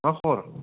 मा खबर